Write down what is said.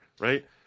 right